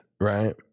right